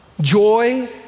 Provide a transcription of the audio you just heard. joy